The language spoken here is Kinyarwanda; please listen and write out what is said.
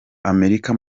amerika